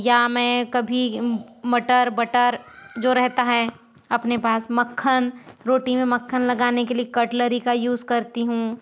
या मैं कभी मटर बटर जो रहता है अपने पास मक्खन रोटी मैं मक्खन लगाने के लिए कटलरी का यूज़ करती हूँ